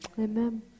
Amen